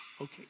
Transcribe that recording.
Okay